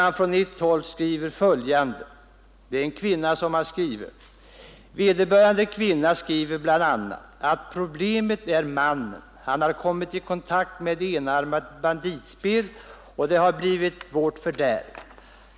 Vederbörande, en kvinna, skriver bl.a. att problemet är mannen: ”Han har kommit i kontakt med enarmat banditspel och det har blivit vårt fördärv.